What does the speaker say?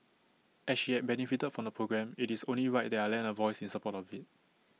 as she had benefited from the programme IT is only right that I lend A voice in support of IT